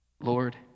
Lord